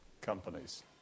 companies